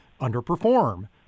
underperform